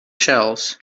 shells